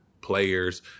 players